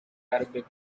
arabic